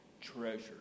treasure